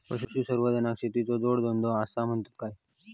पशुसंवर्धनाक शेतीचो जोडधंदो आसा म्हणतत काय?